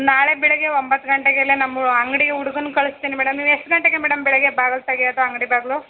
ನಾಳೆ ಬೆಳಿಗ್ಗೆ ಒಂಬತ್ತು ಗಂಟೆಗೆಲ್ಲ ನಮ್ಮ ಅಂಗಡಿ ಹುಡ್ಗನ್ನ ಕಳಿಸ್ತೀನಿ ಮೇಡಮ್ ನೀವು ಎಷ್ಟು ಗಂಟೆಗೆ ಮೇಡಮ್ ಬೆಳಿಗ್ಗೆ ಬಾಗಿಲ್ ತೆಗ್ಯೋದು ಅಂಗಡಿ ಬಾಗಿಲು